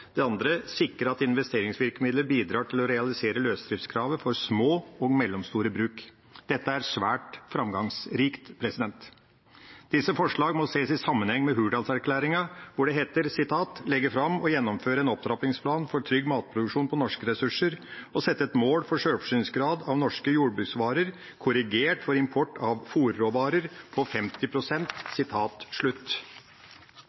Det andre er å «sikre at investeringsvirkemidler bidrar til å realisere løsdriftskravet for små og mellomstore bruk». Dette er svært framgangsrikt. Disse forslag må ses i sammenheng med Hurdalsplattformen, hvor det heter: «Leggje fram og gjennomføre ein opptrappingsplan for trygg matproduksjon på norske ressursar og setje eit mål for sjølvforsyningsgrad av norske jordbruksmatvarer, korrigert for import av fôrråvarer, på